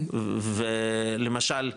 ולמשל,